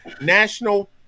National